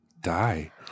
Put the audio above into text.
die